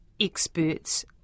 experts